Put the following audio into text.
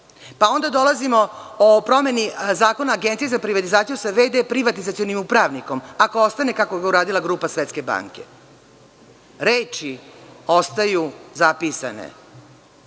Onda dolazimo o promeni Zakona o Agenciji o privatizaciji sa v.d. privatizacionim upravnikom, ako ostane kako ga je uradila grupa Svetske banke. Reči ostaju zapisane